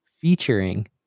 Featuring